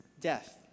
death